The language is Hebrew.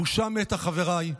הבושה מתה, חבריי.